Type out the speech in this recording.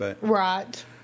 Right